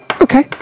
okay